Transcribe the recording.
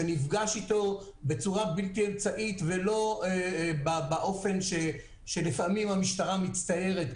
שנפגש אתו בצורה בלתי אמצעית ולא באופן שלפעמים המשטרה מצטיירת,